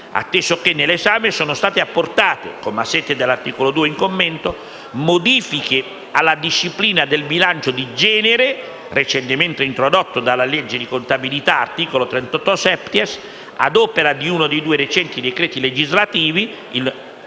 atteso che nell'esame sono state apportate (comma 7 dell'articolo 2 in commento) modifiche alla disciplina del bilancio di genere, recentemente introdotto dalla legge di contabilità (articolo 38-*septies*) a opera di uno dei due recenti decreti legislativi (il